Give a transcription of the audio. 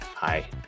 Hi